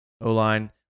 O-line